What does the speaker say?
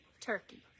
turkey